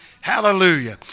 Hallelujah